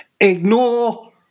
Ignore